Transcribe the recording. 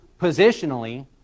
positionally